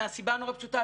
מהסיבה הנורא פשוטה,